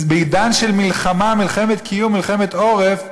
בעידן של מלחמה, מלחמת קיום, מלחמת עורף,